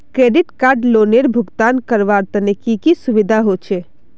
Credit card लोनेर भुगतान करवार तने की की सुविधा होचे??